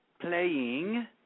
playing